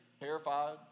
terrified